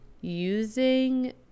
using